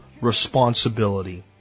responsibility